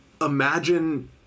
Imagine